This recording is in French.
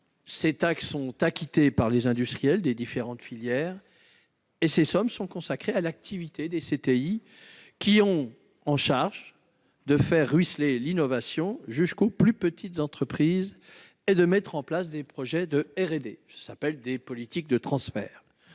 Ces taxes sont acquittées par les industriels des différentes filières et ces sommes sont consacrées à l'activité des CTI, qui sont chargés de faire ruisseler l'innovation jusqu'aux plus petites entreprises et de mettre en place des projets de R&D, ou « politiques de transfert